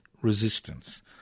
resistance